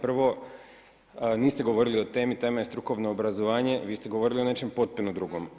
Prvo niste govorili o temi, tema je strukovno obrazovanje, vi ste govorili o nečem potpuno drugom.